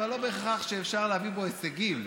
אבל לא בהכרח אפשר להביא בו הישגים.